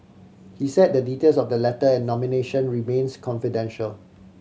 he said the details of the letter and nomination remains confidential